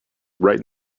right